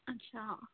ਅੱਛਾ